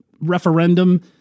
referendum